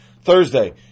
Thursday